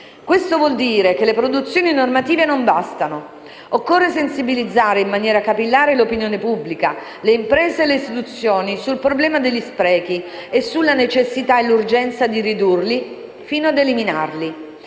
Questo vuol dire che le produzioni normative non bastano; occorre sensibilizzare in maniera capillare l'opinione pubblica, le imprese e le istituzioni sul problema degli sprechi e sulla necessità e l'urgenza di ridurli, fino ad eliminarli.